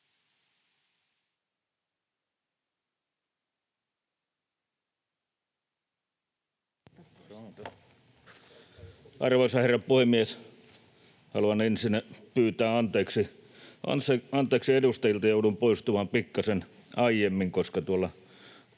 Arvoisa herra puhemies! Haluan ensinnä pyytää anteeksi edustajilta: Joudun poistumaan pikkasen aiemmin, koska tuolla